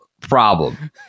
problem